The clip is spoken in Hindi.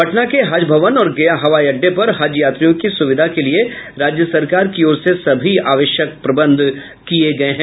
पटना के हज भवन और गया हवाई अड्डे पर हज यात्रियों की सुविधा के लिए राज्य सरकार की ओर से सभी आवश्यक प्रबंध किये गये हैं